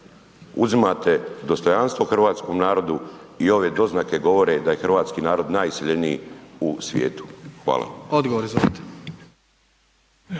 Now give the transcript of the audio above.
Uzimate dostojanstvo hrvatskom narodu i ove doznake govore da je hrvatski narod najiseljeniji u svijetu. Hvala. **Jandroković,